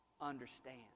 understand